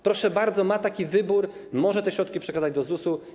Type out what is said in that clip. Proszę bardzo, ma taki wybór, może te środki przekazać do ZUS-u.